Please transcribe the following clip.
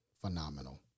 Phenomenal